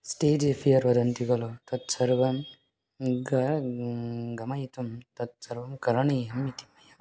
stage fear वदन्ति कलु तत्सर्वं ग गमयितुं तत्सर्वं करणियम् इति मया